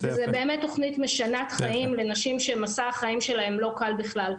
זו באמת תכנית משנה חיים לנשים שמסע החיים שלהם לא קל בכלל.